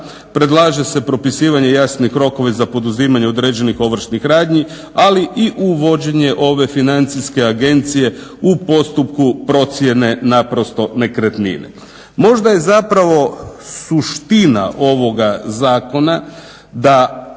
predlaže se propisivanje jasnih rokova za poduzimanje određenih ovršnih radnji ali i uvođenje ove financijske agencije u postupku procjene nekretnine. Možda je zapravo suština ovoga zakona da